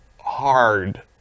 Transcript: hard